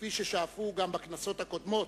כפי ששאפו גם בכנסות הקודמות,